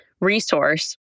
resource